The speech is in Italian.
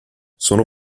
sono